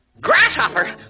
Grasshopper